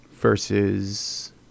versus